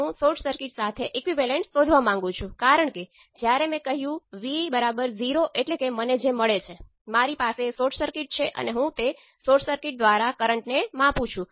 હવે અનુકૂળ કોમ્બિનેશન લેવા માટે સૌ પ્રથમ તમે I2 સમાન 0 સેટ કરો એટલે કે તમે પોર્ટ નંબર 2 સર્કિટ ઓપન કરો